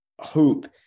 hope